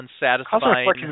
unsatisfying